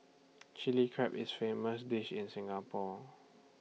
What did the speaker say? Chilli Crab is A famous dish in Singapore